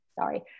sorry